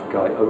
Guy